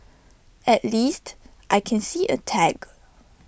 at least I can see A tag